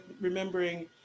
remembering